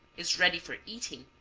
is ready for eating,